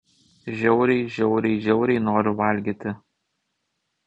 žiauriai žiauriai žiauriai noriu valgyti